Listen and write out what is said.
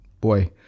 boy